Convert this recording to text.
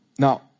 Now